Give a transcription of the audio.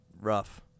Rough